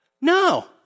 No